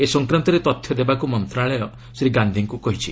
ଏ ସଂକ୍ରାନ୍ତରେ ତଥ୍ୟ ଦେବାକୁ ମନ୍ତଶାଳୟ ଶ୍ରୀ ଗାନ୍ଧିଙ୍କୁ କହିଛି